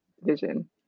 vision